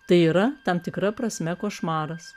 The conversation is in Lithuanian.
tai yra tam tikra prasme košmaras